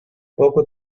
poco